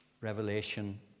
Revelation